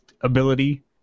ability